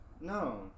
No